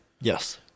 yes